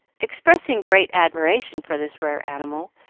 expressing great admiration for this rare animal,